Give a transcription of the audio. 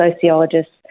sociologists